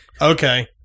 Okay